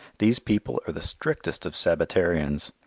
these people are the strictest of sabbatarians.